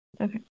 Okay